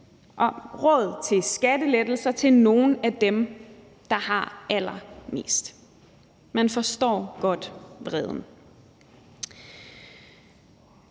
har råd til skattelettelser til nogle af dem, der har allermest. Man forstår godt vreden.